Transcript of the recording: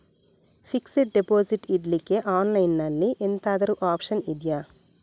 Fixed deposit ಇಡ್ಲಿಕ್ಕೆ online ಅಲ್ಲಿ ಎಂತಾದ್ರೂ ಒಪ್ಶನ್ ಇದ್ಯಾ?